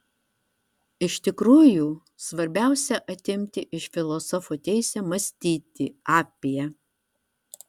iš tikrųjų svarbiausia atimti iš filosofo teisę mąstyti apie